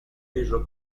reso